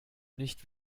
nicht